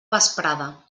vesprada